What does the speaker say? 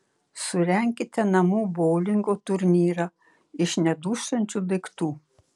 surenkite namų boulingo turnyrą iš nedūžtančių daiktų